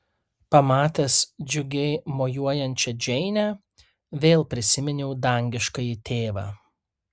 pamatęs džiugiai mojuojančią džeinę vėl prisiminiau dangiškąjį tėvą